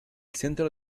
centro